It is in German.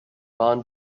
waren